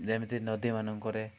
ଯେମିତି ନଦୀମାନଙ୍କରେ